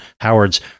Howard's